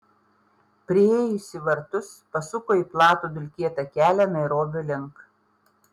priėjusi vartus pasuko į platų dulkėtą kelią nairobio link